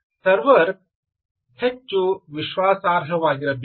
server ಹೆಚ್ಚು ವಿಶ್ವಾಸಾರ್ಹವಾಗಿರಬೇಕು